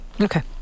Okay